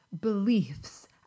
beliefs